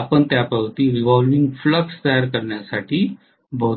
आपण त्याभोवती revolving flux तयार करण्यासाठी भौतिकरित्या फिरवत आहात